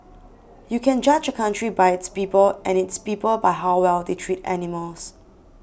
you can judge a country by its people and its people by how well they treat animals